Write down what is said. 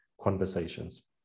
conversations